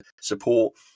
support